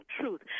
truth